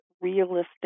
realistic